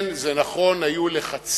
כן, זה נכון, היו לחצים.